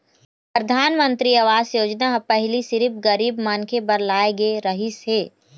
परधानमंतरी आवास योजना ह पहिली सिरिफ गरीब मनखे बर लाए गे रहिस हे